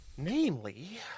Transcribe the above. Namely